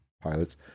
pilots